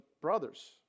brothers